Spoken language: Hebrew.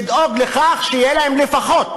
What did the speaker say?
לדאוג לכך שיהיה להם לפחות